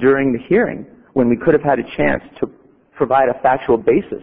during the hearing when we could have had a chance to provide a factual basis